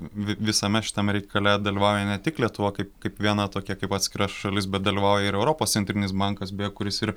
visame šitam reikale dalyvauja ne tik lietuva kaip kaip viena tokia kaip atskira šalis bet dalyvauja ir europos centrinis bankas beje kuris ir